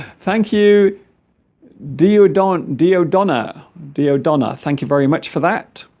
thank you do you don't do yeah donna do donna thank you very much for that